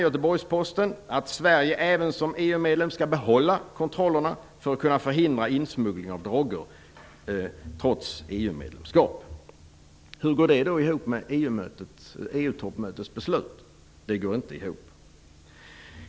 Göteborgs-Posten att Sverige, trots EU-medlemskap, skall behålla kontrollerna för att kunna förhindra insmuggling av droger. Hur går då detta ihop med EU-toppmötets beslut? Det går inte ihop.